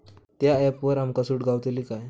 त्या ऍपवर आमका सूट गावतली काय?